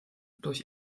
durch